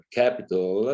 capital